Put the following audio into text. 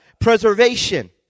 preservation